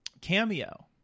cameo